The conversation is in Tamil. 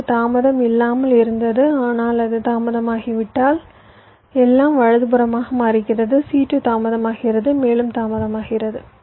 இது தாமதம் இல்லாமல் இருந்தது ஆனால் அது தாமதமாகிவிட்டால் எல்லாம் வலதுபுறமாக மாறுகிறது c2 தாமதமாகிறது மேலும் தாமதமாகிறது